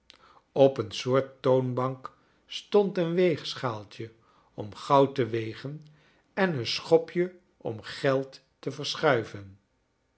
op een soort toonbank stand een weegschaaltje om goud te wegen en een schopje om geld te verschuiven